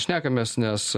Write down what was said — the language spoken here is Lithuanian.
šnekamės nes